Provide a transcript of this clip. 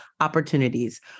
opportunities